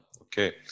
okay